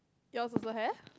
yours also have